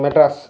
Madras